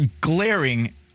glaring